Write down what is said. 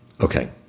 Okay